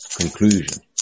conclusion